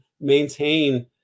maintain